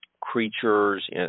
creatures